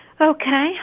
Okay